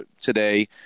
today